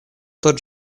тот